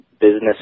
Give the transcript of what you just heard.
Business